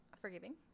Forgiving